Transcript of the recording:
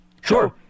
Sure